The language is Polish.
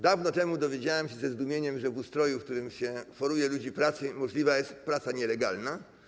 Dawno temu dowiedziałem się ze zdumieniem, że w ustroju, w którym się foruje ludzi pracy, możliwa jest praca nielegalna.